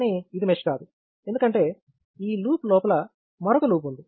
కానీ ఇది మెష్ కాదు ఎందుకంటే ఈ లూప్ లోపల మరొక లూప్ ఉంది